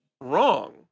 wrong